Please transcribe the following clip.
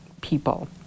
people